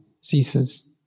ceases